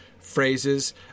phrases